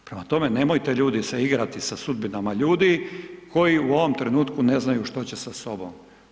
Prema tome, nemojte ljudi se igrati sa sudbinama ljudi koji u ovom trenutku ne znaju što će sa sobom.